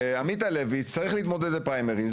בעזרת ה' יהיו בחירות בקרוב ועמית הלוי יצטרך להתמודד בפריימריז